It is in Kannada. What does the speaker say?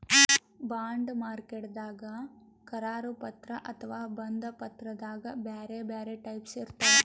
ಬಾಂಡ್ ಮಾರ್ಕೆಟ್ದಾಗ್ ಕರಾರು ಪತ್ರ ಅಥವಾ ಬಂಧ ಪತ್ರದಾಗ್ ಬ್ಯಾರೆ ಬ್ಯಾರೆ ಟೈಪ್ಸ್ ಇರ್ತವ್